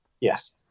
Yes